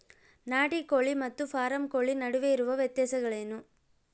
ನಾಟಿ ಕೋಳಿ ಮತ್ತು ಫಾರಂ ಕೋಳಿ ನಡುವೆ ಇರುವ ವ್ಯತ್ಯಾಸಗಳೇನು?